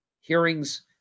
hearings